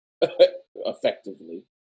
effectively